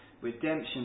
redemption